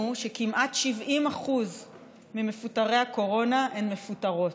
שכמעט 70% ממפוטרי הקורונה הם מפוטרות.